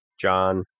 John